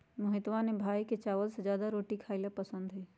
मोहितवा के भाई के चावल से ज्यादा रोटी खाई ला पसंद हई